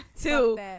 two